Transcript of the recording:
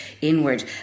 inward